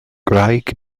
gwraig